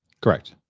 correct